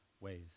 ways